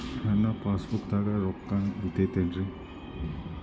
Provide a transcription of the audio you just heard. ನನ್ನ ಪಾಸ್ ಪುಸ್ತಕದಾಗ ರೊಕ್ಕ ಬಿದ್ದೈತೇನ್ರಿ?